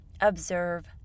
observe